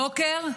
הבוקר,